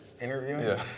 interviewing